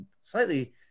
slightly